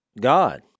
God